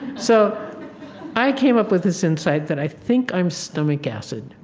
so i came up with this insight that i think i'm stomach acid,